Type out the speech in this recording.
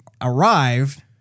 arrived